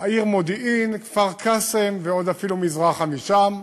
העיר מודיעין, כפר-קאסם, ועוד אפילו מזרחה משם.